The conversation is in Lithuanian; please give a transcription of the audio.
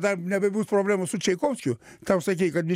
dar nebebus problemų su čeikovskiu tau sakei kad iš